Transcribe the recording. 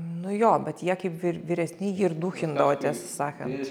nu jo bet jie kaip vyr vyresni jį ir duchindavo tiesą sakant